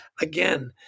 Again